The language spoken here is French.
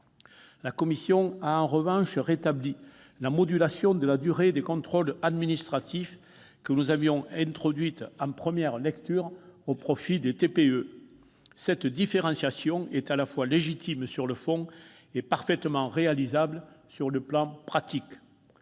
La commission a en revanche rétabli la modulation de la durée des contrôles administratifs que nous avions introduite en première lecture au profit des TPE. Cette différenciation est à la fois légitime sur le fond et parfaitement réalisable sur le plan pratique.